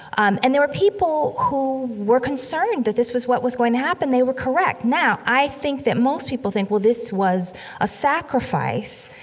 um, and there were people who were concerned that this was what was going to happen. they were correct now, i think that most people think well, this was a sacrifice,